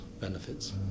benefits